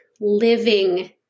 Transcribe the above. living